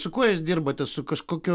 su kuo jūs dirbate su kažkokiu